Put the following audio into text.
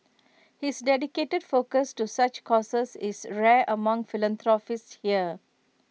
his dedicated focus to such causes is rare among philanthropists here